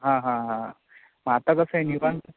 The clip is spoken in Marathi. हां हां हां मग आता कसं आहे निवांत